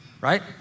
right